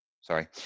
Sorry